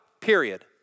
period